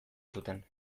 zuten